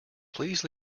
please